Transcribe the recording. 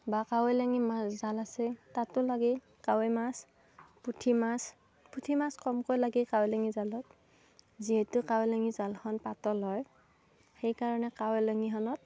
বা কাৱৈলাঙি মাছ জাল আছে তাতো লাগে কাৱৈ মাছ পুঠি মাছ পুঠি মাছ কমকৈ লাগে কাৱৈলাঙি জালত যিহেতু কাৱৈলাঙি জালখন পাতল হয় সেইকাৰণে কাৱৈলাঙিখনত